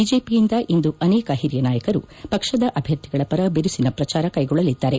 ಬಿಜೆಪಿಯಿಂದ ಇಂದು ಅನೇಕ ಹಿರಿಯ ನಾಯಕರು ಪಕ್ಷದ ಅಭ್ಯರ್ಥಿಗಳ ಪರ ಬಿರುಸಿನ ಪ್ರಜಾರ ಕೈಗೊಳ್ಳಲಿದ್ದಾರೆ